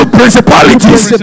principalities